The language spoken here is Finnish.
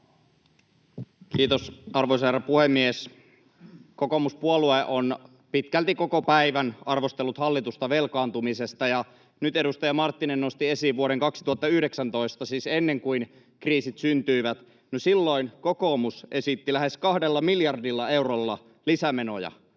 Kiitos, arvoisa herra puhemies! Kokoomuspuolue on pitkälti koko päivän arvostellut hallitusta velkaantumisesta, ja nyt edustaja Marttinen nosti esiin vuoden 2019, siis ajan ennen kuin kriisit syntyivät. No, silloin kokoomus esitti lähes kahdella miljardilla eurolla lisämenoja